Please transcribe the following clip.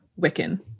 Wiccan